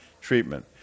treatment